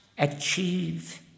achieve